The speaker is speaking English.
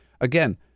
again